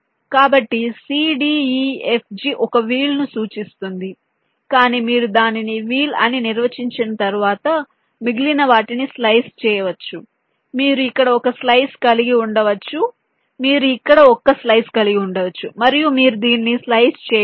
కాబట్టి cdefg ఒక wheel ను సూచిస్తుంది కానీ మీరు దానిని వీల్ అని నిర్వచించిన తర్వాత మిగిలిన వాటిని స్లైస్ చేయవచ్చు మీరు ఇక్కడ ఒక స్లైస్ కలిగి ఉండవచ్చు మీరు ఇక్కడ ఒక స్లైస్ కలిగి ఉండవచ్చు మరియు మీరు దీన్ని స్లైస్చేయవచ్చు